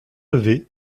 levé